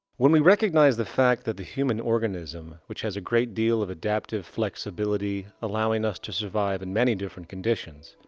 when we recognize the fact that the human organism, which has a great deal of adaptive flexibility allowing us to survive in many different conditions,